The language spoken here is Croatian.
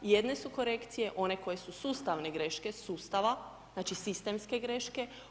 Jedne su korekcije one koje su sustavne greške, sustava, znači, sistemske greške.